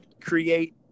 create